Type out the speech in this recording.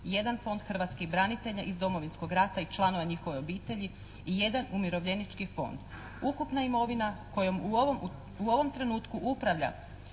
jedan Fond hrvatskih branitelja iz Domovinskog rata i članova njihove obitelji i jedan Umirovljenički fond. Ukupna imovina kojom u ovom trenutku upravlja,